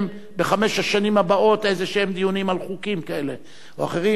בחמש השנים הבאות איזשהם דיונים על חוקים כאלה או אחרים,